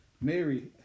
Mary